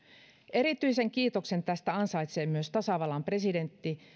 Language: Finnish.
erityisen kiitoksen tästä ansaitsee myös tasavallan presidentti